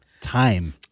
time